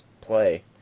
play